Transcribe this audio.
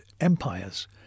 empires